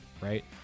right